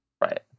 Right